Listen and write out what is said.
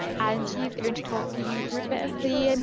and she's going to talk to you through a bit of the, and